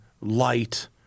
light